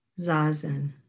zazen